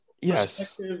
Yes